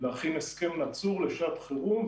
הסכם נצור לשעת חירום,